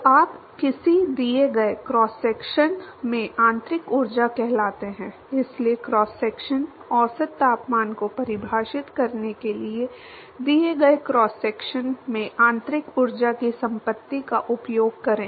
तो आप किसी दिए गए क्रॉस सेक्शन में आंतरिक ऊर्जा कहलाते हैं इसलिए क्रॉस सेक्शन औसत तापमान को परिभाषित करने के लिए दिए गए क्रॉस सेक्शन में आंतरिक ऊर्जा की संपत्ति का उपयोग करें